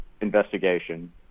investigation